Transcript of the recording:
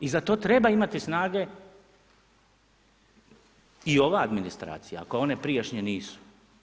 I za to treba imati snage i ova administracija, ako one prijašnje nisu.